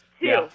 Two